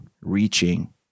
reaching